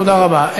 תודה רבה.